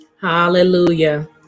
Hallelujah